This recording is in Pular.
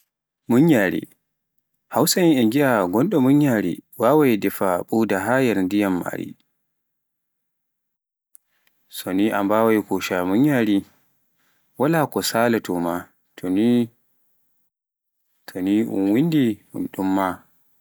munyaare, hausa'en e ngiyaa ngooɗe munyaade wawaai dafe bodaa haa yaara li'o maari, so ni a hocca munyaari waal ko saaloto maa to nii nonn un winndi un ɗum maa.